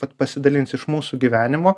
vat pasidalinsiu iš mūsų gyvenimo